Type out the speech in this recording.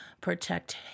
protect